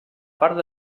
part